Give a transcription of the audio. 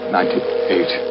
Ninety-eight